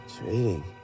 Trading